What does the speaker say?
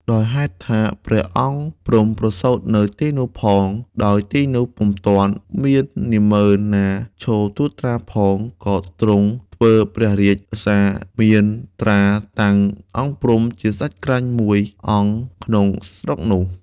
ដោយហេតុថា ព្រះអង្គព្រំ ប្រសូតនៅទីនោះផង ដោយទីនោះពុំទាន់មាននាហ្មឺនណាឈរត្រួតត្រាផង ក៏ទ្រង់ធ្វើព្រះរាជសារមានត្រាតាំង អង្គព្រំ ជាសេ្តចក្រាញ់មួយអង្គក្នុងស្រុកនោះ។